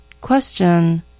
Question